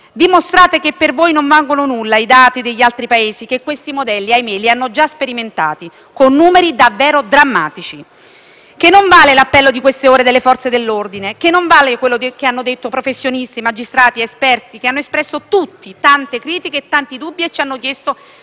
Dimostrate che per voi non valgano nulla i dati degli altri Paesi, che questi modelli, ahimè, li hanno già sperimentati, con numeri davvero drammatici; che non vale l'appello di queste ore delle Forze dell'ordine; che non vale quanto hanno detto professori, magistrati ed esperti, che hanno espresso tante critiche e dubbi e ci hanno chiesto